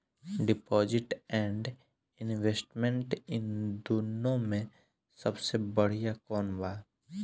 Deposit and investment इन दुनो मे से सबसे बड़िया कौन बा?